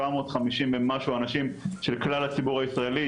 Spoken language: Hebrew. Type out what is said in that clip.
750 ומשהו אנשים של כלל הציבור הישראלי,